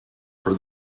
for